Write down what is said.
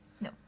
no